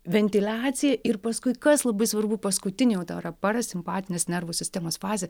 ventiliacija ir paskui kas labai svarbu paskutinė o tai yra parasimpatinės nervų sistemos fazė